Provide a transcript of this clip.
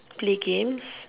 play games